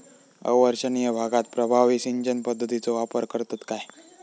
अवर्षणिय भागात प्रभावी सिंचन पद्धतीचो वापर करतत काय?